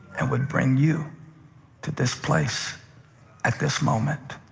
and would bring you to this place at this moment?